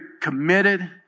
committed